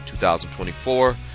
2024